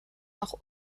auch